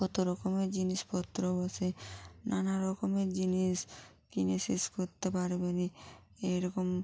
কতো রকমের জিনিসপত্র বসে নানা রকমের জিনিস কিনে শেষ করতে পারবে না এই রকম